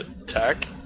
attack